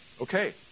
okay